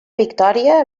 victòria